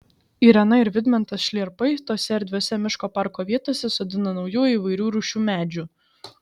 irena ir vidmantas šliarpai tose erdviose miško parko vietose sodina naujų įvairių rūšių medžių